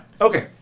okay